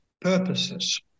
purposes